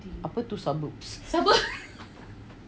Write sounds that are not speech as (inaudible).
apa tu suburbs (laughs)